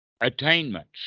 attainments